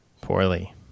Poorly